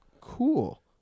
cool